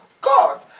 God